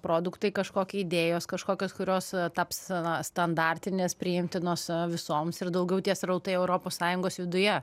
produktai kažkokie idėjos kažkokios kurios taps na standartinės priimtinos visoms ir daugiau tie srautai europos sąjungos viduje